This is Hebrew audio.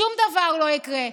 שום דבר לא יקרה.